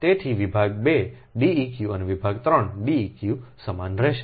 તેથી વિભાગ 2 Deq અને વિભાગ 3 Deq સમાન રહેશે